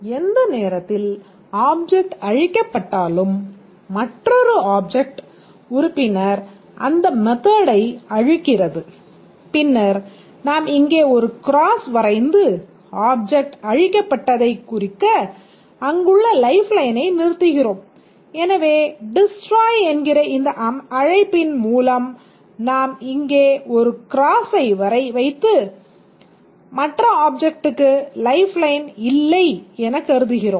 எந்த நேரத்தில் ஆப்ஜெக்ட் அழிக்கப்பட்டாலும் மற்றொரு ஆப்ஜெக்ட் உறுப்பினர் அந்த மெத்தடை என்கிற இந்த அழைப்பின் மூலம் நாம் இங்கே ஒரு கிராஸை வைத்து மற்ற ஆப்ஜெக்ட்டுக்கு லைஃப்லைன் இல்லை எனக் கருதுகிறோம்